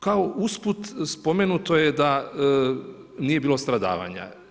Kao usput, spomenuto je da nije bilo stradavanja.